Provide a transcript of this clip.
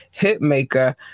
Hitmaker